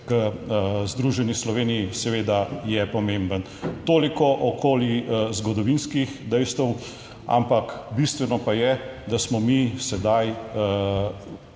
k Združeni Sloveniji, seveda je pomemben. Toliko okoli zgodovinskih dejstev, ampak bistveno pa je, da smo mi sedaj